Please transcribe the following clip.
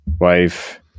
wife